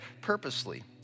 purposely